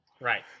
Right